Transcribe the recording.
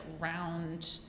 round